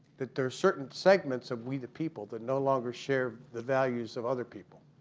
that there are certain segments of we the people that no longer share the values of other people.